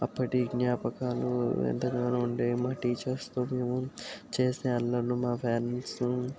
అప్పటి జ్ఞాపకాలు ఎంతగానో ఉండేవి మా టీచర్స్తో మేము చేసే అల్లర్లు మా ఫ్యామిలీస్